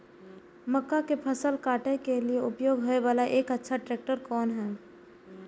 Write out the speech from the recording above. मक्का के फसल काटय के लिए उपयोग होय वाला एक अच्छा ट्रैक्टर कोन हय?